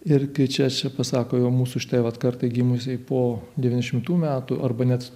ir kai čia pasako jau mūsų šitai vat kartai gimusiai po devyniasdešimtų metų arba net